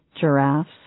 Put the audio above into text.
giraffes